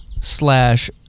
Slash